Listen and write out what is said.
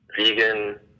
vegan